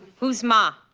who's ma?